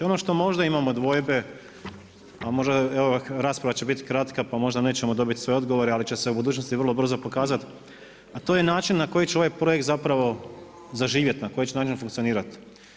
Ono što možda imamo dvojbe, evo rasprava će biti kratka pa možda nećemo dobiti sve odgovore, ali će se u budućnosti vrlo brzo pokazati, a to je način na koji će ovaj projekt zaživjet, na koji će način funkcionirat.